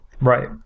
Right